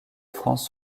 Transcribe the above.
france